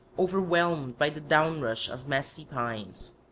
overwhelmed by the downrush of massy pines.